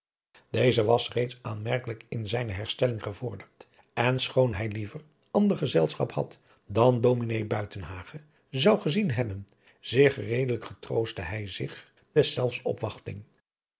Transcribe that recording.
deze was reeds aanmerkelijk in zijne herstelling gevorderd en schoon hij liever ander gezelschap dan ds buitenhagen zou gezien hebben zeer gereedelijk getroostte hij zich deszelfs opwachting